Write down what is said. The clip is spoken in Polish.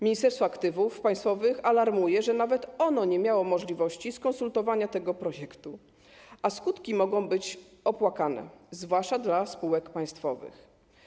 Ministerstwo Aktywów Państwowych alarmuje, że nawet ono nie miało możliwości skonsultowania tego projektu, a skutki mogą być opłakane, zwłaszcza dla spółek państwowych.